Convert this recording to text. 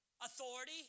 authority